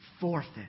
forfeit